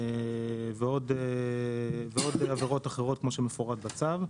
ועוד עבירות אחרות כמו שמפורט בצו,